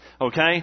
okay